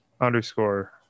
underscore